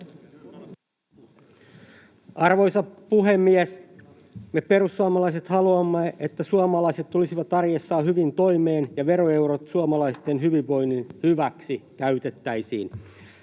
Arvoisa puhemies! Me perussuomalaiset haluamme, että suomalaiset tulisivat arjessaan hyvin toimeen ja veroeurot käytettäisiin suomalaisten hyvinvoinnin hyväksi. Siksi